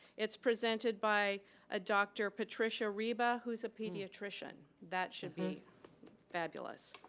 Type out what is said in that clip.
it's presented by a dr. patricia reeva who is a pediatrician. that should be fabulous.